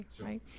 right